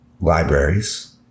libraries